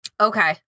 Okay